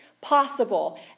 possible